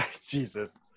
jesus